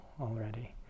already